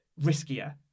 riskier